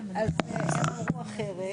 אז הם אמרו אחרת.